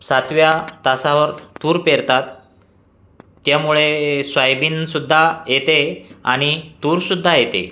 सातव्या तासावर तूर पेरतात त्यामुळे सोयाबीनसुद्धा येते आणि तूरसुद्धा येते